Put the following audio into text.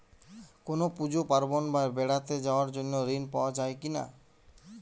কোনো পুজো পার্বণ বা বেড়াতে যাওয়ার জন্য ঋণ পাওয়া যায় কিনা?